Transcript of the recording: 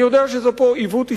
אני יודע שזה עיוות היסטורי,